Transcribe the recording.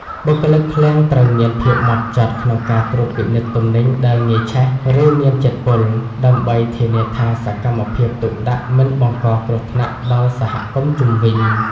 បុគ្គលិកឃ្លាំងត្រូវមានភាពហ្មត់ចត់ក្នុងការត្រួតពិនិត្យទំនិញដែលងាយឆេះ ឬមានជាតិពុល ដើម្បីធានាថាសកម្មភាពទុកដាក់មិនបង្កគ្រោះថ្នាក់ដល់សហគមន៍ជុំវិញ។